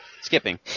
Skipping